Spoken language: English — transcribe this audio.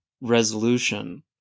resolution